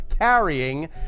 carrying